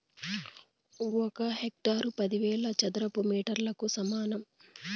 ఒక హెక్టారు పదివేల చదరపు మీటర్లకు సమానం